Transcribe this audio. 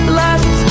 left